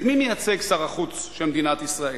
את מי מייצג שר החוץ של מדינת ישראל?